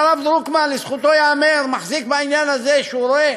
הרב דרוקמן, לזכותו ייאמר שהוא רואה